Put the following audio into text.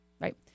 Right